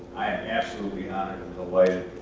absolutely honored in the way.